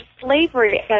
slavery